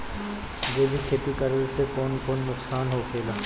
जैविक खेती करला से कौन कौन नुकसान होखेला?